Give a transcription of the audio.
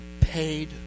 paid